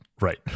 right